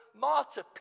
martyr